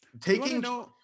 Taking